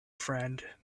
friend